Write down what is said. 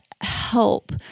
help